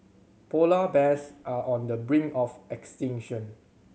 polar bears are on the brink of extinction